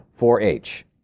4-H